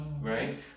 right